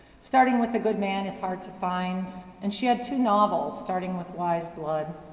starting with a good man is hard to find. and she had two novels, starting with wise blood.